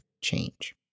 change